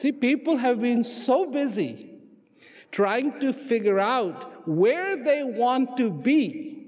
see people have been so busy trying to figure out where they want to be